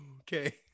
Okay